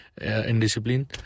indiscipline